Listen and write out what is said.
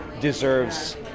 deserves